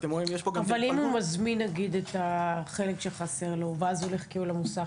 אם הוא מזמין את החלק שחסר לו והולך איתו למוסך,